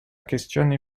questione